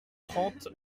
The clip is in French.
trente